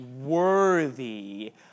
worthy